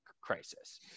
crisis